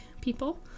people